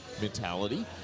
mentality